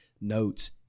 notes